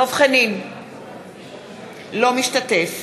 אינו משתתף